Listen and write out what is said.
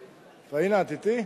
פניה, את אתי?